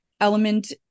element